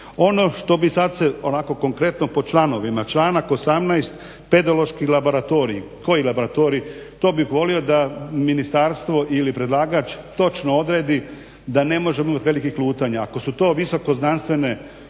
Ono što bih sad se onako konkretno po članovima, članak 18. pedološki laboratoriji. Koji laboratoriji? To bih volio da ministarstvo ili predlagač točno odredi da ne možemo imati velikih lutanja. Ako su to visoko znanstvene